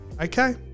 Okay